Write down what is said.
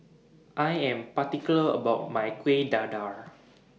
I Am particular about My Kuih Dadar